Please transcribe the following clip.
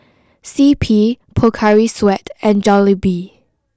C P Pocari Sweat and Jollibee